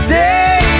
day